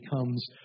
becomes